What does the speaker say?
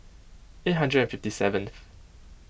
eight hundred and fifty seventh